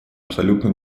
абсолютно